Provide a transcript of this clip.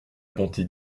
bonté